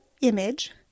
image